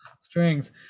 strings